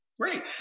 great